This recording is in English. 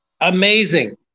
Amazing